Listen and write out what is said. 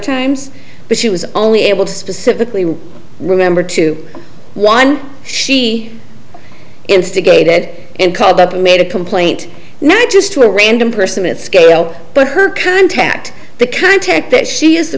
times but she was only able to specifically remember to one she instigated and called up and made a complaint not just to a random person at scale but her contact the contact that she is